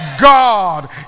God